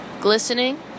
Glistening